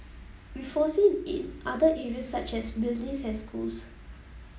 we foresee in other areas such as buildings and schools